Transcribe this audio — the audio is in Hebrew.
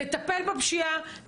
לטפל בפשיעה,